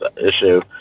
issue